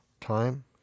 time